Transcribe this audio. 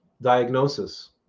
diagnosis